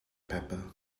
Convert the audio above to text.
pepper